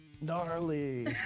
Gnarly